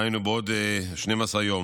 דהיינו בעוד 12 יום,